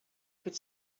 could